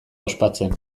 ospatzen